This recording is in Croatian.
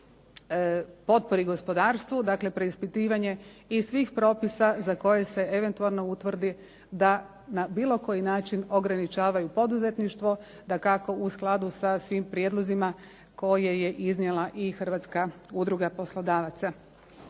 potpori gospodarstvu, dakle preispitivanje i svih propisa za koje se eventualno utvrdi da na bilo koji način ograničavaju poduzetništvo. Dakako u skladu sa svim prijedlozima koje je iznijela i Hrvatska udruga poslodavaca.